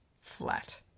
flat